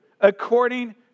according